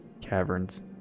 caverns